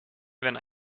wenn